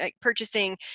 purchasing